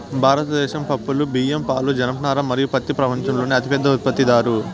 భారతదేశం పప్పులు, బియ్యం, పాలు, జనపనార మరియు పత్తి ప్రపంచంలోనే అతిపెద్ద ఉత్పత్తిదారు